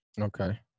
Okay